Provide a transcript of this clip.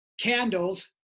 candles